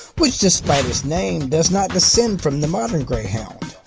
which despite its name does not descend from the modern greyhound.